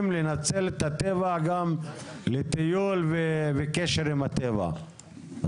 לנצל את הטבע לטיולים וקשר עם הטבע,